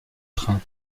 trains